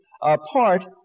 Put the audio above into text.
apart